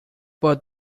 but